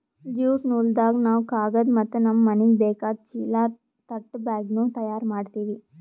jute ನೂಲ್ದಾಗ್ ನಾವ್ ಕಾಗದ್ ಮತ್ತ್ ನಮ್ಮ್ ಮನಿಗ್ ಬೇಕಾದ್ ಚೀಲಾ ತಟ್ ಬ್ಯಾಗ್ನು ತಯಾರ್ ಮಾಡ್ತೀವಿ